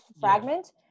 fragment